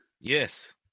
Yes